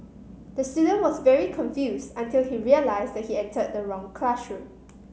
the student was very confuse until he realised he entered the wrong classroom